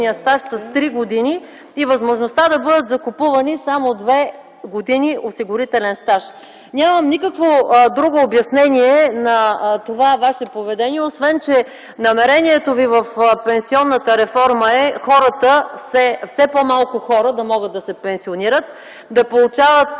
с три години и възможността да бъдат закупувани само две години осигурителен стаж. Нямам никакво друго обяснение на това ваше поведение освен, че намерението ви в пенсионната реформа е все по-малко хора да могат да се пенсионират, да получават